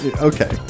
Okay